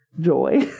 Joy